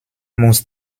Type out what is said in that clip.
muss